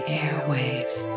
airwaves